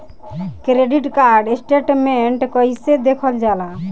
Credit card statement कइसे देखल जाला?